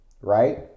right